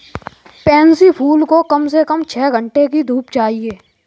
pansy फूल को कम से कम छह घण्टे की धूप चाहिए